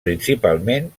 principalment